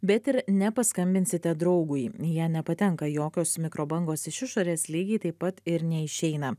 bet ir nepaskambinsite draugui į ją nepatenka jokios mikrobangos iš išorės lygiai taip pat ir neišeina